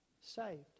saved